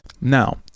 Now